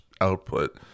output